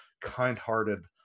kind-hearted